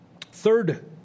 Third